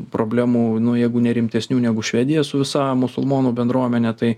problemų nu jeigu ne rimtesnių negu švedija su visa musulmonų bendruomene tai